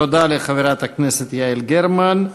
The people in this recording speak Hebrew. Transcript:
לחברת הכנסת יעל גרמן.